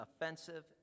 offensive